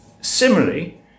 Similarly